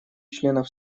членов